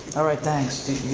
alright, thanks. do you